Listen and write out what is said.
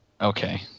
okay